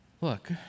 Look